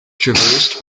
traversed